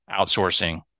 outsourcing